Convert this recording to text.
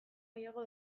gehiago